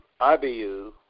Ibu